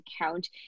account